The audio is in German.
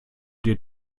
dir